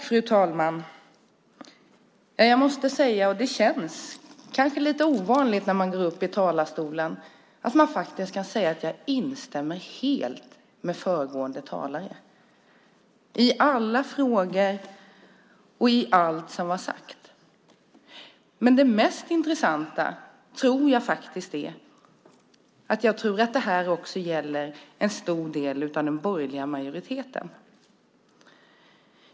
Fru talman! Jag måste säga, och det känns kanske lite ovanligt när man går upp i talarstolen, att jag faktiskt instämmer helt med föregående talare i alla frågor och i allt som sades. Det mest intressanta är dock att jag tror att det också gäller en stor del av den borgerliga majoriteten.